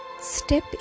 step